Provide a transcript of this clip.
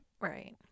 right